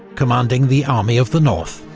commanding the army of the north.